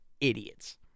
idiots